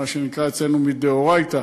מה שנקרא אצלנו מדאורייתא,